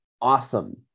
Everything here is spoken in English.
awesome